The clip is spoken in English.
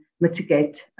mitigate